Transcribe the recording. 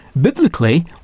Biblically